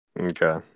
Okay